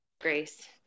grace